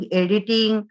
editing